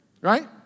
Right